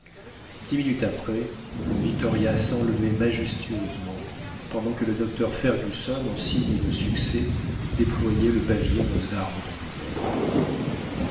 dix minutes après le victoria s'enlevait majestueusement pendant que le docteur fergusson en signe de succès déployait le pavillon aux armes d'angleterre